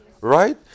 right